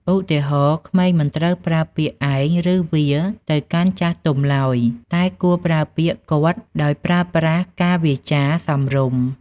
ឧទាហរណ៍ ក្មេងមិនត្រូវប្រើពាក្យ ឯង ឬ វា ទៅកាន់ចាស់ទុំឡើយ តែគួរប្រើពាក្យ គាត់ ដោយប្រើប្រាស់ការវាចារសមរម្យ។